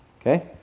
Okay